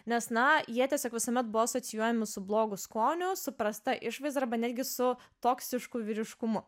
nes na jie tiesiog visuomet buvo asocijuojami su blogu skoniu su prasta išvaizda arba netgi su toksišku vyriškumu